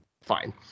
fine